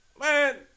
Man